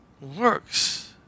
works